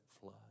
flood